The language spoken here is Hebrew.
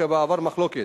כבעבר, מחלוקת.